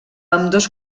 ambdós